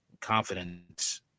confidence